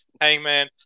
hangman